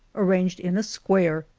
arranged in a square,